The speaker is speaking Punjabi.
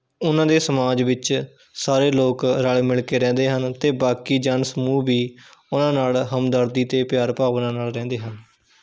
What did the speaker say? ਉਹਨਾਂ ਦੇ ਸਮਾਜ ਵਿੱਚ ਸਾਰੇ ਲੋਕ ਰਲ਼ ਮਿਲ ਕੇ ਰਹਿੰਦੇ ਹਨ ਅਤੇ ਬਾਕੀ ਜਨ ਸਮੂਹ ਵੀ ਉਹਨਾਂ ਨਾਲ਼ ਹਮਦਰਦੀ ਅਤੇ ਪਿਆਰ ਭਾਵਨਾ ਨਾਲ਼ ਰਹਿੰਦੇ ਹਨ